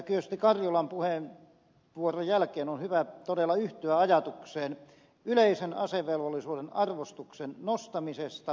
kyösti karjulan puheenvuoron jälkeen on hyvä todella yhtyä ajatukseen yleisen asevelvollisuuden arvostuksen nostamisesta